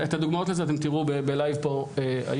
את הדוגמאות לזה אתם תראו בלייב פה היום.